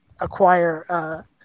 acquire